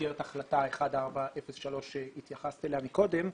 במסגרת החלטה 1403 שהתייחסת אליה קודם,